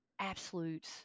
absolute